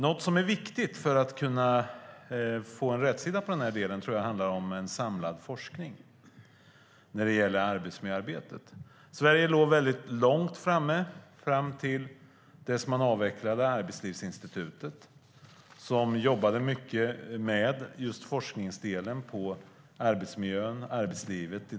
Något som är viktigt för att man ska kunna få rätsida på den här delen tror jag handlar om en samlad forskning när det gäller arbetsmiljöarbetet. Sverige låg väldigt långt framme fram till dess att man avvecklade Arbetslivsinstitutet, som jobbade mycket med just forskningsdelen i fråga om arbetsmiljön och arbetslivet.